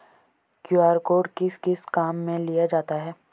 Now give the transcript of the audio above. QR code किस किस काम में लिया जाता है?